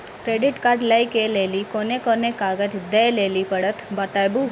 Credit card लै के लेली कोने कोने कागज दे लेली पड़त बताबू?